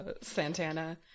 Santana